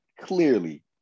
clearly